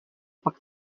pak